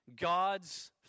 God's